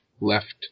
left